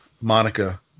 Monica